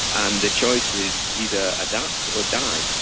and the choice is either adapt or die,